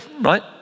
right